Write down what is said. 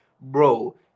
bro